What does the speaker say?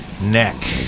neck